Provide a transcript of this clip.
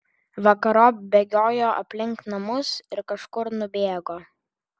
vakarop bėgiojo aplink namus ir kažkur nubėgo